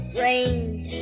rained